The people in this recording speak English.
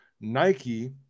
Nike